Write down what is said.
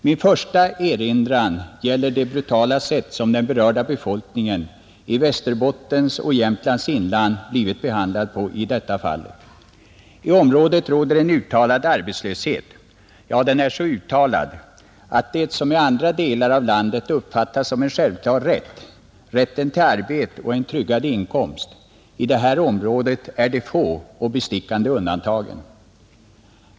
Min första erinran gäller det brutala sätt som den berörda befolkningen i Västerbottens och Jämtlands inland blivit behandlad på i detta fall. I området råder en uttalad arbetslöshet, ja, den är så uttalad att det som i andra delar av landet uppfattas som en självklar rätt — rätten till arbete och en tryggad inkomst — i det här området är de få och bestickande undantagen.